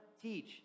Teach